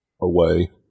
away